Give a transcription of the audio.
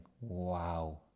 Wow